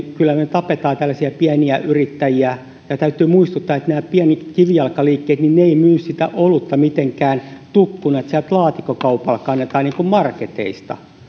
tapamme tällaisia pieniä yrittäjiä ja täytyy muistuttaa että nämä pienet kivijalkaliikkeet eivät myy sitä olutta mitenkään tukkuna niin että sieltä laatikkokaupalla kannetaan niin kuin marketeista eli